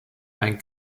ein